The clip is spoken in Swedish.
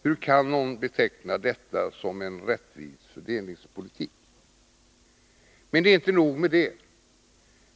Hur kan någon beteckna detta som en rättvis fördelningspolitik? Men inte nog med det.